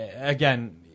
again